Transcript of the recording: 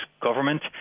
government